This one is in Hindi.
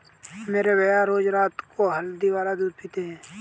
मेरे भैया रोज रात को हल्दी वाला दूध पीते हैं